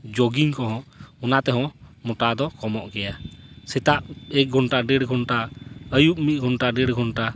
jogging ᱠᱚᱦᱚᱸ ᱚᱱᱟ ᱛᱮᱦᱚᱸ ᱢᱚᱴᱟ ᱫᱚ ᱠᱚᱢᱚᱜ ᱜᱮᱭᱟ ᱥᱮᱛᱟᱜ ᱮᱠ ᱜᱷᱚᱱᱴᱟ ᱰᱮᱲ ᱜᱷᱚᱱᱴᱟ ᱟᱹᱭᱩᱵ ᱢᱤᱫ ᱜᱷᱚᱱᱴᱟ ᱰᱮᱲ ᱜᱷᱚᱱᱴᱟ